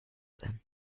then